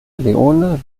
leone